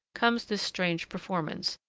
comes this strange performance,